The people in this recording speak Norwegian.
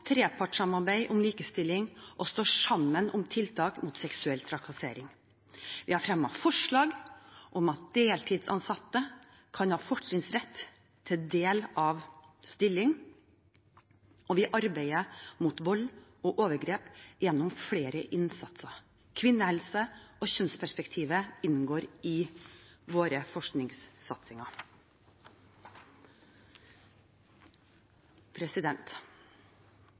trepartssamarbeid om likestilling og står sammen om tiltak mot seksuell trakassering. Vi har fremmet forslag om at deltidsansatte kan ha fortrinnsrett til del av stilling. Vi arbeider mot vold og overgrep gjennom flere innsatser – kvinnehelse og kjønnsperspektivet inngår i våre forskningssatsinger.